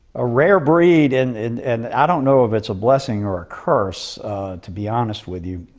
a rare breed and and and i don't know if it's a blessing or a curse to be honest with you.